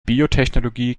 biotechnologie